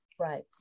Right